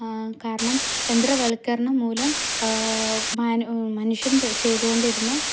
കാരണം യന്ത്രവൽക്കരണം മൂലം മനു മനുഷ്യൻ ചെയ്ത് കൊണ്ടിരുന്ന